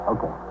Okay